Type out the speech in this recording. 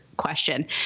question